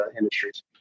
industries